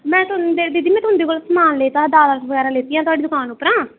में बीह् तरीक समान लैता हा दालां बगैरा लैतियां हियां थुआढ़ी दुकान उप्परा